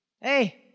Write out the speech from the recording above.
hey